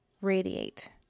radiate